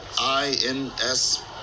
INS